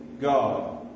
God